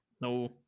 No